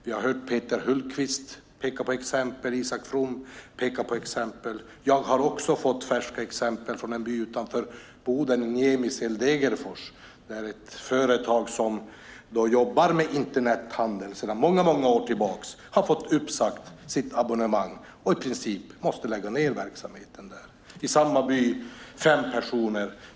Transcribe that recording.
Vi har här hört Peter Hultqvist och Isak From peka på några exempel. Själv har jag fått färska exempel från en by utanför Boden. Jag tänker på Niemisel-Degersel. Ett företag som sedan många år jobbar med Internethandel har fått sitt abonnemang uppsagt. I princip måste man lägga ned verksamheten. Det handlar om fem personer.